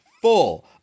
full